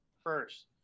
first